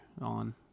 on